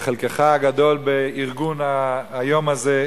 וחלקך גדול בארגון היום הזה,